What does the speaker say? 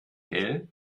gell